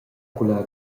culla